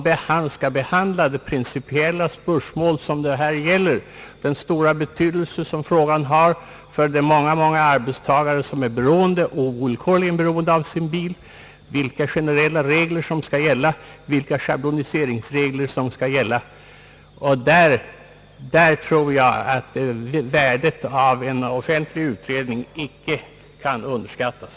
Denna skall gälla de principiella spörsmålen — den stora betydelse som frågan har för alla arbetstagare vilka är beroende av sin bil, vilka generella schabloniseringsregler som skall gälla o. s. v. Därför tror jag att värdet av en offentlig utredning icke skall underskattas.